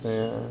ya